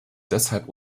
deshalb